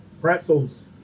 Pretzels